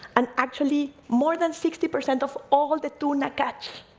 and actually, more than sixty percent of all of the tuna catch.